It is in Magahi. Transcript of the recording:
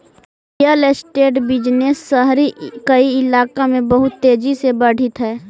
रियल एस्टेट बिजनेस शहरी कइलाका में बहुत तेजी से बढ़ित हई